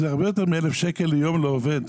זה הרבה יותר מ-1,000 ליום לעובד.